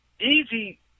Easy